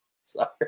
Sorry